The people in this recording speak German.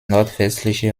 nordwestliche